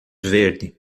verde